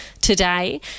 today